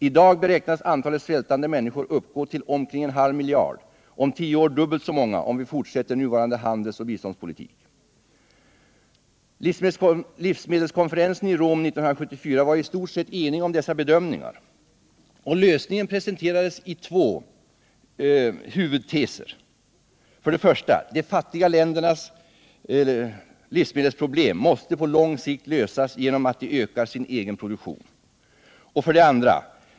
I dag beräknas antalet svältande människor uppgå till omkring en halv miljard, om tio år dubbelt så många om vi fortsätter nuvarande handelsoch biståndspolitik. Världslivsmedelskonferensen i Rom 1974 var i stort sett enig om dessa bedömningar. Lösningen presenterades i två huvudteser: 1. De fattiga ländernas livsmedelsproblem måste på lång sikt lösas genom att de ökar sin egen produktion. 2.